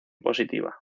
positiva